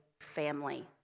family